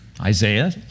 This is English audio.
Isaiah